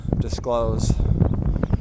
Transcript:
disclose